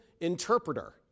interpreter